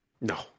No